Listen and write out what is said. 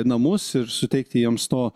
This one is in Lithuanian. namus ir suteikti jiems to